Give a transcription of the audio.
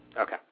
Okay